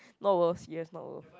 not worth serious not worth